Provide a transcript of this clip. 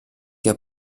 der